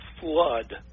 flood